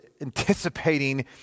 anticipating